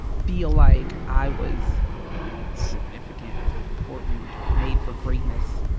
feel like i was significant or important or made for greatness.